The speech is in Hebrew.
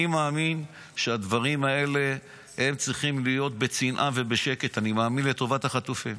אני מאמין שהדברים האלה צריכים להיות בצנעה ובשקט לטובת החטופים.